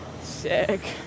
Sick